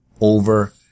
over